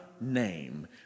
name